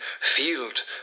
field